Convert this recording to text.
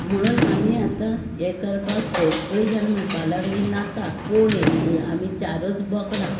म्हुणून आमी आतां हें करपाक सगळीं जाण म्हुणपाक लागलीं नाका कोण येतलीं आमी चारूच बोकडां